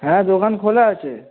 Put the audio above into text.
হ্যাঁ দোকান খোলা আছে